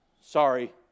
sorry